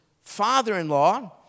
father-in-law